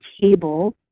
table